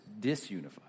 disunified